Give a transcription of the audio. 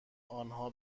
آنها